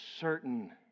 certain